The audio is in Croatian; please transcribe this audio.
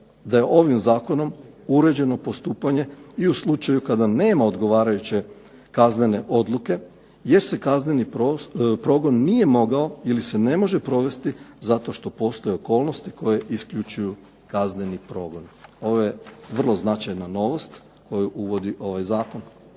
Da je ovim zakonom uređeno postupanje i u slučaju kada nema odgovarajuće kaznene odluke jer se kazneni progon nije mogao ili se ne može provesti zato što postoje okolnosti koje isključuju kazneni progon. Ovo je vrlo značajna novost koju uvodi ovaj Zakon.